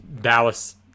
Dallas